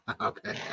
Okay